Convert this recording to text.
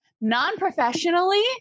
non-professionally